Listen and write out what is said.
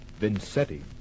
Vincetti